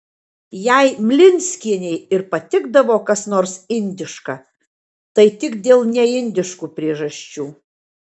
jei mlinskienei ir patikdavo kas nors indiška tai tik dėl neindiškų priežasčių